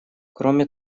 кроме